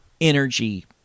energy